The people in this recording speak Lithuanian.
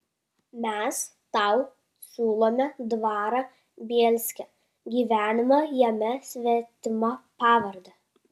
mes tau siūlome dvarą bielske gyvenimą jame svetima pavarde